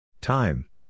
Time